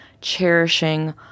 cherishing